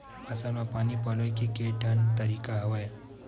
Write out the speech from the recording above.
फसल म पानी पलोय के केठन तरीका हवय?